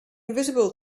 visible